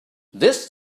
this